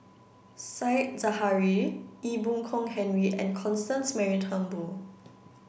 said Zahari Ee Boon Kong Henry and Constance Mary Turnbull